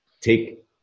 take